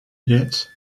yet